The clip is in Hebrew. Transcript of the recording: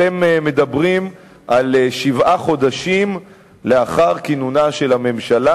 אתם מדברים על שבעה חודשים לאחר כינונה של הממשלה,